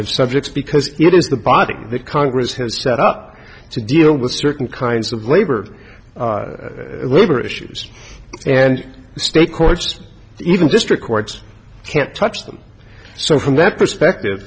of subjects because it is the body that congress has set up to deal with certain kinds of labor leader issues and state courts even district courts can't touch them so from that perspective